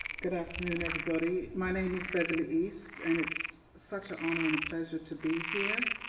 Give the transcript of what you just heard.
good afternoon, everybody. my name is beverly east and it's such a honor and a pleasure to be here,